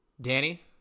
Danny